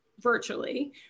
virtually